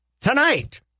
Tonight